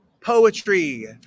poetry